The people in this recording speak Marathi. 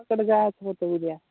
तिकडं जायचं होतं उद्या